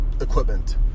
equipment